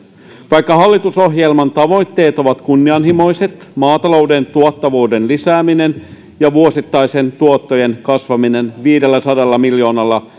vaikka hallitusohjelman tavoitteet ovat kunnianhimoiset maatalouden tuottavuuden lisääminen ja vuosittaisten tuottojen kasvaminen viidelläsadalla miljoonalla